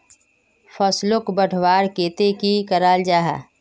फसलोक बढ़वार केते की करा जाहा?